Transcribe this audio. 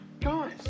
guys